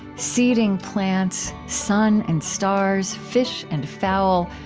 seeding plants, sun and stars, fish and fowl,